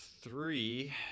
Three